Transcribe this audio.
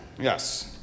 Yes